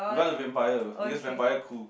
we want the vampires because vampire cool